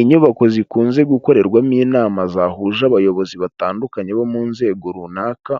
Inyubako zikunze gukorerwamo inama zahuje abayobozi batandukanye bo mu nzego runaka,